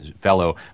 fellow